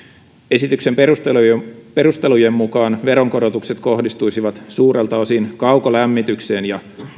esityksen perustelujen perustelujen mukaan veronkorotukset kohdistuisivat suurelta osin kaukolämmitykseen ja